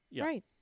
Right